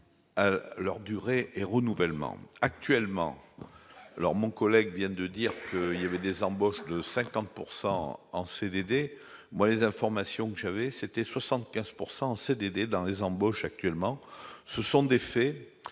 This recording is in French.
leur durée et renouvellement actuellement alors, mon collègue vient de dire qu'il y avait des embauches de 50 pourcent en en CDD, moi, les informations que j'avais, c'était 75 pourcent en en CDD dans les embauches actuellement, ce sont des faits,